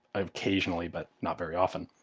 occasionally, but not very often.